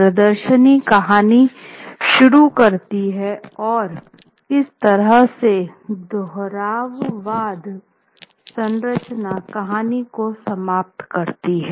प्रदर्शनी कहानी शुरू करती है और इस तरह की दोहरावदार संरचना कहानी को समाप्त करती है